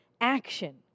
action